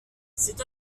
c’est